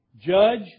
judge